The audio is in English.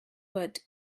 but